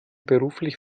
beruflich